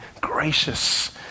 gracious